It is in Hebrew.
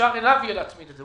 אפשר אליו להצמיד את זה.